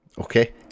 Okay